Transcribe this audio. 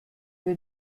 wir